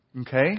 okay